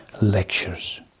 lectures